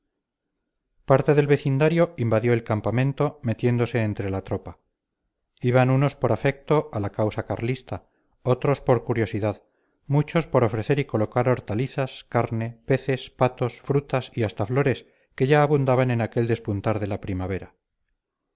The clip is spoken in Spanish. parte del vecindario invadió el campamento metiéndose entre la tropa iban unos por afecto a la causa carlista otros por curiosidad muchos por ofrecer y colocar hortalizas carne peces patos frutas y hasta flores que ya abundaban en aquel despuntar de la primavera